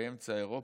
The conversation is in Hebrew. באמצע אירופה,